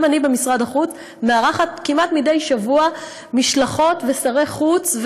גם אני במשרד החוץ מארחת כמעט מדי שבוע משלחות ושרי חוץ,